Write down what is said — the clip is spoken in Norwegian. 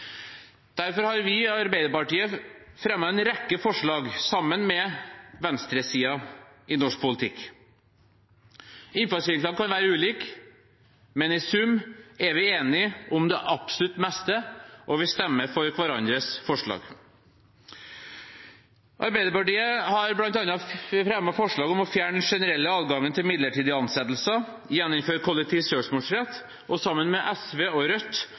Derfor har vi i Arbeiderpartiet fremmet en rekke forslag sammen med venstresiden i norsk politikk. Innfallsvinkelen kan være ulik, men i sum er vi enige om det absolutt meste, og vi stemmer for hverandres forslag. Arbeiderpartiet har bl.a. fremmet et representantforslag om å fjerne den generelle adgangen til midlertidige ansettelser og å gjeninnføre kollektiv søksmålsrett. Sammen med SV